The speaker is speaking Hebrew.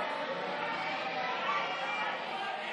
סעיף 1,